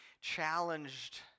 challenged